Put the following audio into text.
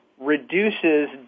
reduces